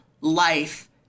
life